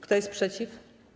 Kto jest przeciw?